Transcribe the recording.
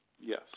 Yes